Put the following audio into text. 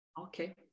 okay